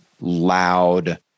loud